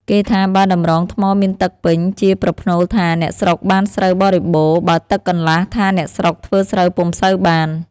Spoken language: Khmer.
គេថាបើតម្រងថ្មមានទឹកពេញ ជាប្រផ្នូលថា អ្នកស្រុកបានស្រូវបរិបូណ៌, បើទឹកកន្លះ ថា អ្នកស្រុក ធ្វើស្រូវពុំសូវបាន ។